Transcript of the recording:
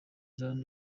iran